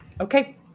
Okay